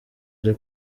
ari